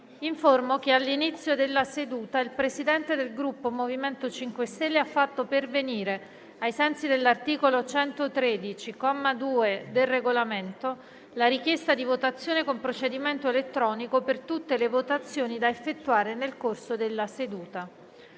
che all'inizio della seduta il Presidente del Gruppo MoVimento 5 Stelle ha fatto pervenire, ai sensi dell'articolo 113, comma 2, del Regolamento, la richiesta di votazione con procedimento elettronico per tutte le votazioni da effettuare nel corso della seduta.